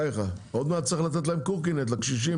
עוד מעט צריך לתת להם קורקינט לקשישים,